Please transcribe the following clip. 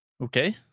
Okay